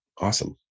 Awesome